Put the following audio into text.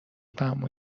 برامون